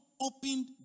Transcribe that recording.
opened